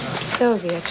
Sylvia